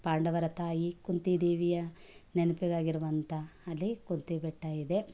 ಪಾಂಡವರ ತಾಯಿ ಕುಂತಿ ದೇವಿಯ ನೆನಪಿಗಾಗಿರುವಂಥತ ಅಲ್ಲಿ ಕುಂತಿಬೆಟ್ಟ ಇದೆ